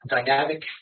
Dynamic